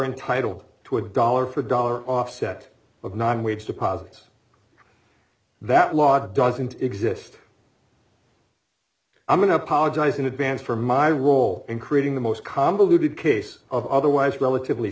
entitled to a dollar for dollar offset but not in wage deposits that law doesn't exist i'm going to apologize in advance for my role in creating the most convoluted case of otherwise relatively